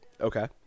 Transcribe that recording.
Okay